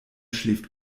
schläft